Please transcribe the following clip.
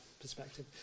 perspective